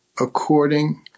according